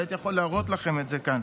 אבל הייתי יכול להראות לכם את זה כאן,